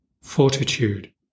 fortitude